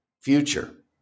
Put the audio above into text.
future